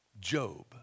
Job